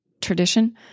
tradition